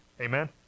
Amen